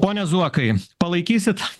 pone zuokai palaikysit